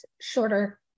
shorter